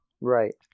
Right